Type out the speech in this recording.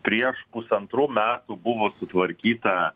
prieš pusantrų metų buvo sutvarkyta